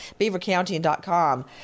BeaverCounty.com